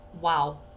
Wow